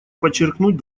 подчеркнуть